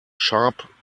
sharp